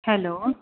hello